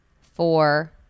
four